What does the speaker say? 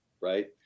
right